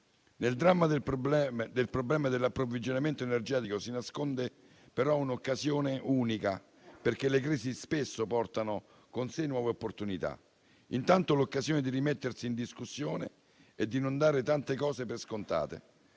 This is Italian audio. Nel dramma del problema dell'approvvigionamento energetico, si nasconde però un'occasione unica, perché le crisi spesso portano con sé nuove opportunità: intanto, l'occasione di rimettersi in discussione e di non dare tante cose per scontate;